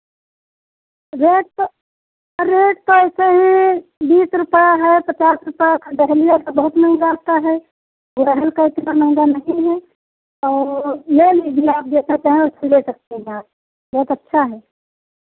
rate तो rate तो ऐसे हैं बीस रुपैया है पचास रुपैया का डहेलिया तो बहुत महंगा आता है गुड़हल का इतना महंगा नहीं है और ले लीजिए आप जैसा चाहें वैसे ले सकती हैं आप बहुत अच्छा है